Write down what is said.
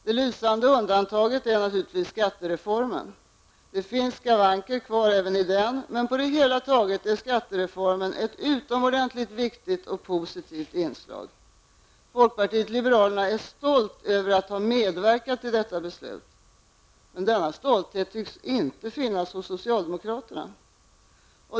Det lysande undantaget är naturligtvis skattereformen. Det finns skavanker kvar även i den, men på det hela taget är skattereformen ett utomordentligt viktigt och positivt inslag. Folkpartiet liberalerna är stolt över att ha medverkat till detta beslut. Men denna stolthet tycks inte finnas hos socialdemokraterna.